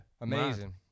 amazing